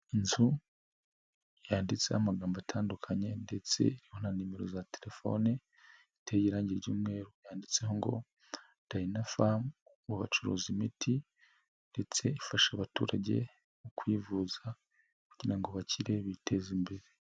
Inzu yanditseho amagambo atandukanye ndetse na nimero za telefone, iteye irangi ry'uyumweru yanditseho ngo DynaPharm mu bacuruza imiti ndetse ifasha abaturage mu kwivuza kugira ngo bakire biteza imbere.